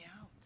out